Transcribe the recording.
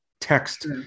text